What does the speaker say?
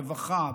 רווחה,